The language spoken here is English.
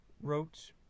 wrote